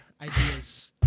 ideas